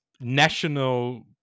national